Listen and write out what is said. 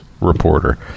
reporter